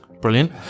Brilliant